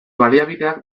baliabideak